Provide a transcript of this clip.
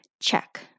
check